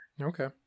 Okay